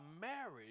marriage